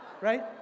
right